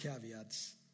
caveats